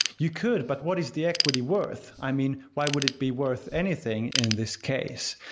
you could, but what is the equity worth. i mean, why would it be worth anything in this case?